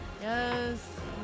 Yes